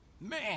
Man